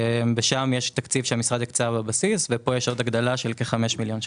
שם יש תקציב שהמשרד הקצה בבסיס וכאן יש הגדלה של עוד כ-5 מיליון שקלים.